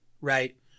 right